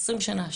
20 שנה,